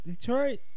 Detroit